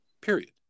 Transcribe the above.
period